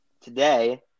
Today